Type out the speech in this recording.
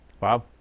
Wow